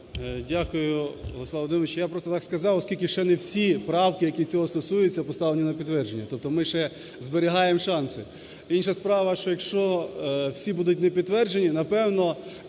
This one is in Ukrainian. Володимирович. Я просто так сказав, оскільки ще не всі правки, які цього стосуються, поставлені на підтвердження. Тобто ми ще зберігаємо шанси. Інша справа, що якщо всі будуть не підтверджені, напевно,